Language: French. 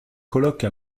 colloque